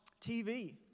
TV